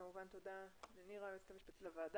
כמובן תודה לנירה, היועצת המשפטית לוועדה.